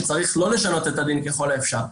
שצריך לא לשנות את הדין ככל האפשר,